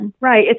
Right